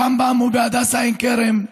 ברמב"ם ובהדסה עין כרם,